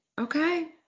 Okay